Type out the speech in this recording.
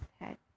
head